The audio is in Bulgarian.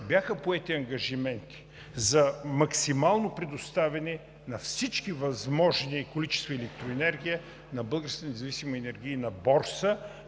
бяха поети ангажименти за максимално предоставени на всички възможни количества електроенергия на Българската независима енергийна борса